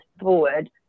forward